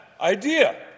idea